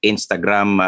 Instagram